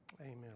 Amen